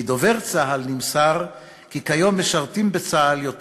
מדובר צה"ל נמסר כי כיום משרתים בצה"ל יותר